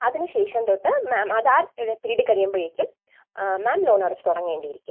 അതിന് ശേഷം തൊട്ട് മാം അത് ആ പീരീഡ് കഴിയുമ്പോഴേക്കും മാം ലോൺ അടച്ച് തുടങ്ങേണ്ടിയിരിക്കും